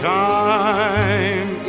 time